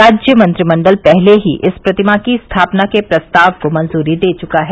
राज्य मंत्रिमंडल पहले ही इस प्रतिमा की स्थापना के प्रस्ताव को मंजूरी दे चुका है